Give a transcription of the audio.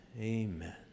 Amen